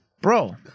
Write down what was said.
Bro